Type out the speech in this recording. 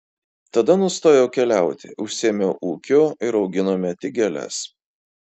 tada nustojau keliauti užsiėmiau ūkiu ir auginome tik gėles